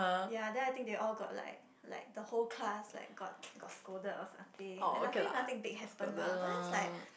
ya then I think they all got like like the whole class like got got scolded or something lucky nothing big happened lah but then it's like